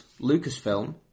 lucasfilm